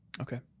Okay